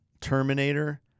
Terminator